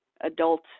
adult